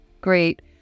Great